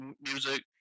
music